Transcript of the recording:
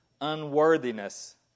unworthiness